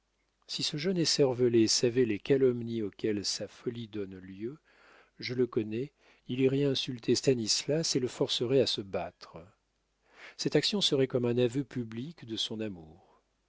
si ce jeune écervelé savait les calomnies auxquelles sa folie donne lieu je le connais il irait insulter stanislas et le forcerait à se battre cette action serait comme un aveu public de son amour